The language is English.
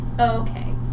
Okay